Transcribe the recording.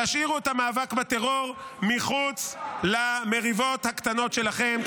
תשאירו את המאבק בטרור מחוץ למריבות הקטנות שלכם.